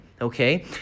okay